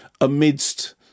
amidst